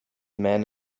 man